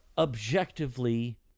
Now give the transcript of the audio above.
objectively